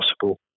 possible